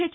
H